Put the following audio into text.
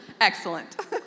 Excellent